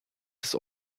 des